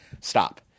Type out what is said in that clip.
stop